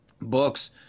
books